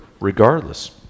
regardless